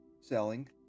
selling